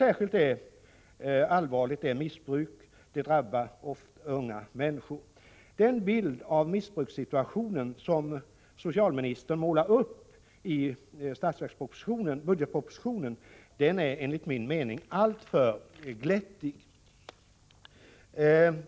Särskilt allvarligt är att missbruk ofta drabbar unga människor. Den bild av missbrukssituationen som socialministern målar upp i budgetpropositionen är enligt min mening alltför glättig.